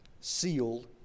sealed